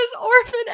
orphan